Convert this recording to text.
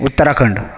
Uttarakhand